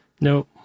No